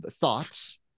thoughts